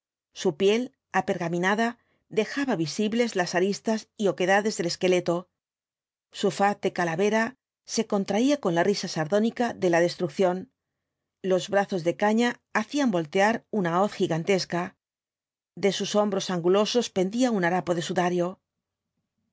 su piel apergaminada dejaba visibles las aristas y oquedades del esqueleto su faz de calavera se contraía con la risa sardónica de la destrucción los brazos de caña hacían voltear una hoz gigantesca de sus hombro angulosos pendía un harapo de sudario